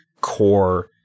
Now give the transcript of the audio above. core